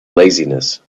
laziness